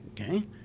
okay